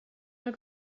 now